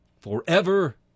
forever